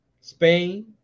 Spain